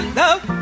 love